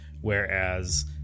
Whereas